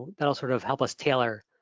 that'll sort of help us tailor.